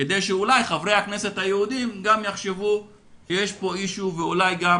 כדי שאולי חברי הכנסת היהודים גם יחשבו שיש פה אישיו ואולי גם